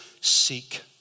seek